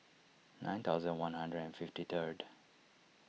nine thousand one hundred and fifty third